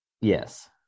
Yes